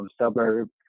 suburb